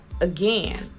again